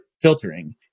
filtering